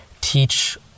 teach